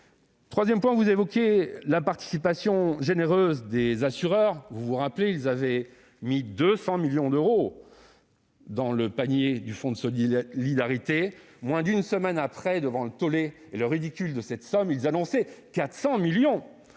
Troisième point : vous évoquiez la participation généreuse des assureurs- souvenez-vous : ils avaient mis 200 millions d'euros dans le panier du Fonds de solidarité ; moins d'une semaine plus tard, devant le tollé provoqué par le ridicule de cette somme, ils annonçaient 400 millions